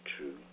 true